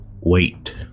wait